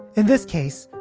in this case,